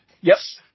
Yes